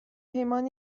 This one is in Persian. پیمان